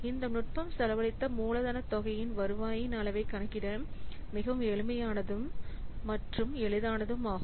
இந்த நுட்பம் செலவழித்த மூலதனத் தொகையின் வருவாயின் அளவைக் கணக்கிட மிகவும் எளிமையானதும் மற்றும் எளிதானதும் ஆகும்